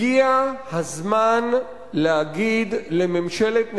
הגיע הזמן להגיד לממשלת נתניהו: